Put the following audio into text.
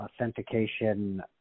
authentication